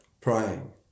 Praying